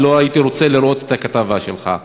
כי לא הייתי רוצה לראות את הכתבה שלך.